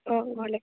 অঁ ঘৰলৈ